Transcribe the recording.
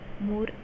more